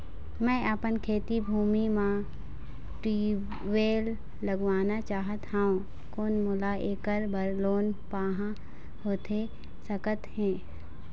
मैं अपन खेती भूमि म ट्यूबवेल लगवाना चाहत हाव, कोन मोला ऐकर बर लोन पाहां होथे सकत हे?